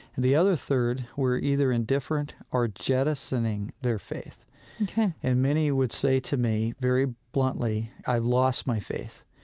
the other third were either indifferent or jettisoning their faith ok and many would say to me, very bluntly, i've lost my faith.